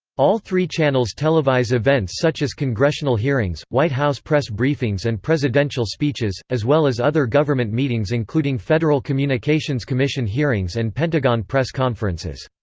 all three channels televise events such as congressional hearings, white house press briefings and presidential speeches, as well as other government meetings including federal communications commission hearings and pentagon press conferences.